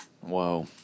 Whoa